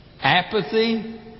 Apathy